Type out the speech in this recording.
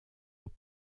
aux